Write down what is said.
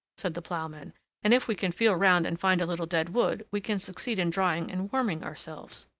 said the ploughman and if we can feel round and find a little dead wood, we can succeed in drying and warming ourselves.